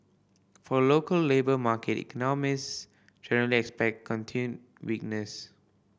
for the local labour market economist generally expect continued weakness